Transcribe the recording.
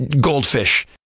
goldfish